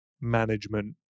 management